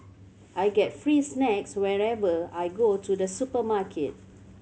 I get free snacks whenever I go to the supermarket